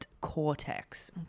cortex